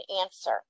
answer